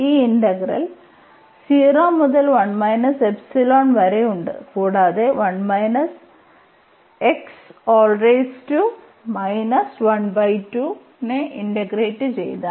ഈ ഇന്റഗ്രൽ 0 മുതൽ കൂടാതെ നെ ഇന്റെഗ്രേറ്റ് ചെയ്താൽ